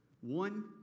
one